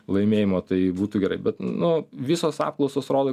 laimėjimo tai būtų gerai bet nu visos apklausos rodo